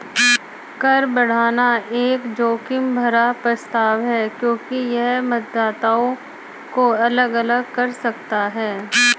कर बढ़ाना एक जोखिम भरा प्रस्ताव है क्योंकि यह मतदाताओं को अलग अलग कर सकता है